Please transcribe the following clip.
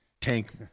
tank